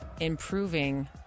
improving